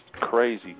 crazy